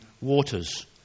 waters